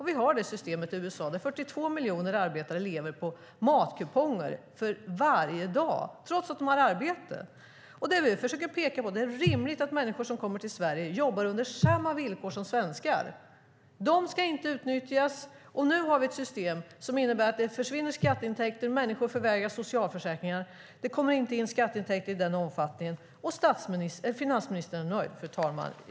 Vi ser det systemet i USA där 42 miljoner arbetare varje dag lever på matkuponger trots att de har arbete. Det vi försöker peka på är att det är rimligt att människor som kommer till Sverige jobbar under samma villkor som svenskar. De ska inte utnyttjas. Nu har vi ett system som innebär att det försvinner skatteintäkter och att människor förvägras socialförsäkringar. Det kommer inte in skatteintäkter i den omfattning det ska, och finansministern är nöjd.